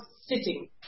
sitting